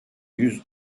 yüz